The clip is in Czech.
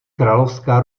královská